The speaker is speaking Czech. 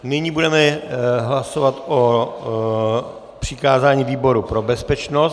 Nyní budeme hlasovat o přikázání výboru pro bezpečnost.